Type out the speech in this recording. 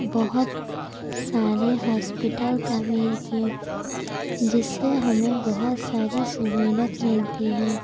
بہت سارے ہاسپٹل تعمیر کیے جس سے ہمیں بہت ساری سہولت ملتی ہے